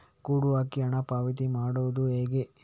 Code ಹಾಕಿ ಹಣ ಪಾವತಿ ಮಾಡೋದು ಹೇಗೆ?